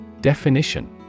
Definition